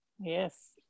Yes